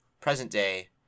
present-day